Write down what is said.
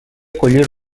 acollir